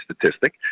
statistic